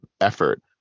effort